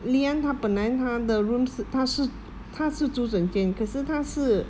leanne 她本来她的 room 是她是她是租整间可是她是